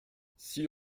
six